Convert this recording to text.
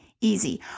easy